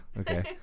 okay